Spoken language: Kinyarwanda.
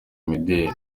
imideli